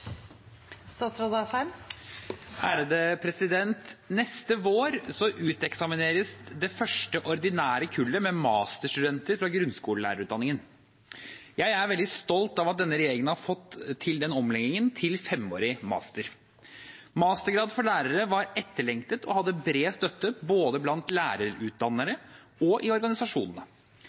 veldig stolt av at denne regjeringen har fått til denne omleggingen til femårig master. Mastergrad for lærere var etterlengtet og hadde bred støtte både blant lærerutdannere og i organisasjonene.